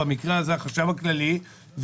במקרה הזה החשב הכללי,